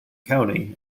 county